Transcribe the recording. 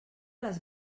les